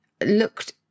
looked